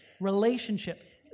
relationship